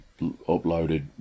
uploaded